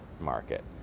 market